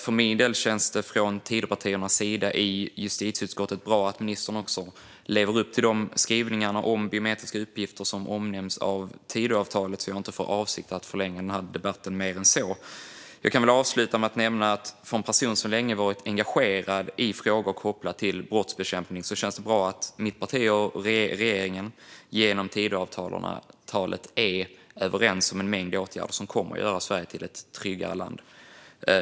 För min del och för Tidöpartierna i justitieutskottet känns det bra att ministern lever upp till de skrivningar om biometriska uppgifter som omnämns av Tidöavtalet. Jag har därför inte för avsikt att förlänga debatten mer än så. Jag kan avsluta med att nämna att för en person som länge har varit engagerad i frågor kopplade till brottsbekämpning känns det bra att mitt parti och regeringen genom Tidöavtalet är överens om en mängd åtgärder som kommer att göra Sverige till ett tryggare land.